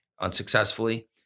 unsuccessfully